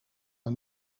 een